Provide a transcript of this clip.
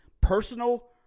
personal